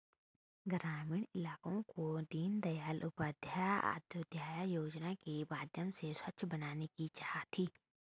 ग्रामीण इलाकों को दीनदयाल उपाध्याय अंत्योदय योजना के माध्यम से स्वच्छ बनाने की चाह थी